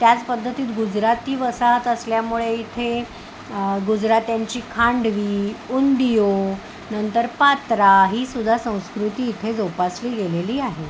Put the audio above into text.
त्याच पद्धतीत गुजराती वसाहत असल्यामुळे इथे गुजरात्यांची खांडवी उंधियूनंतर पात्रा ही सुद्धा संस्कृती इथे जोपासली गेलेली आहे